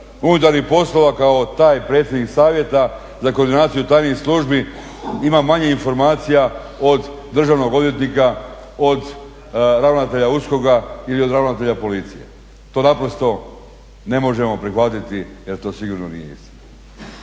unutarnjih poslova kao taj predsjednik Savjeta za koordinaciju tajnih službi ima manje informacija od državnog odvjetnika, od ravnatelja USKOK-a ili od ravnatelja Policije. To naprosto ne možemo prihvatiti jer to sigurno nije istina.